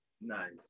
Nice